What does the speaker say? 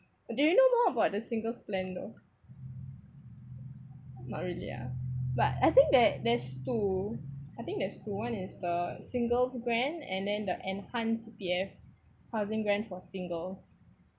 do you know more about the single plan though not really ya but I think there there's two I think there's two one is the single grant and then the enhanced C_P_F housing grant for singles